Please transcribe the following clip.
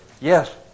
yes